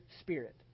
spirit